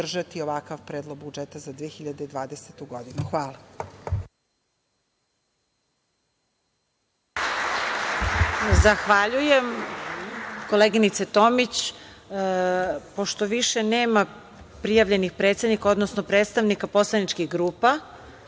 ovakav Predlog budžeta za 2020. godinu. Hvala. **Marija Jevđić** Zahvaljujem, koleginice Tomić. Pošto više nema prijavljenih predsednika, odnosno predstavnika poslaničkih grupa,